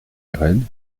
irène